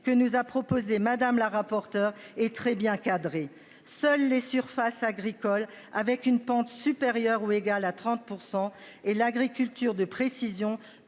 que nous a proposé Madame la rapporteure et très bien cadré, seuls les surfaces agricoles, avec une pente supérieure ou égale à 30% et l'agriculture de précision